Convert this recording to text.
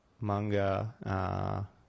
manga